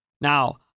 Now